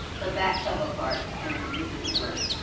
but that fell apart and it didn't work.